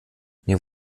mir